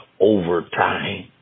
overtime